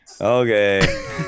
Okay